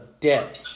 debt